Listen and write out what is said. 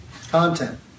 Content